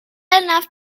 enough